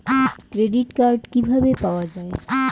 Credit card কিভাবে পাওয়া য়ায়?